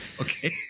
Okay